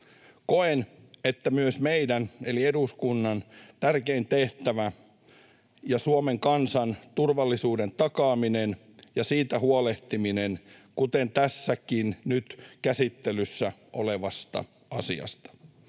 Koen, että myös meidän eli eduskunnan tärkein tehtävä on Suomen kansan turvallisuuden takaaminen ja siitä huolehtiminen, kuten tässäkin nyt käsittelyssä olevassa asiassa.